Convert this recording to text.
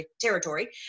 territory